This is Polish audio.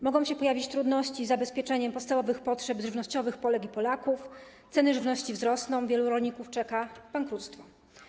Mogą się pojawić trudności z zabezpieczeniem podstawowych potrzeb żywnościowych Polek i Polaków, ceny żywności wzrosną, wielu rolników czeka bankructwo.